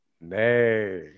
nay